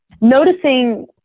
noticing